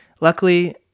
luckily